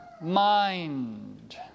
mind